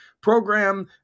program